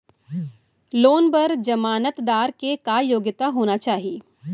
Loan बर जमानतदार के का योग्यता होना चाही?